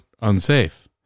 unsafe